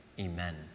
Amen